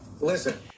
Listen